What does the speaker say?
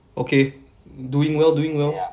okay doing well doing well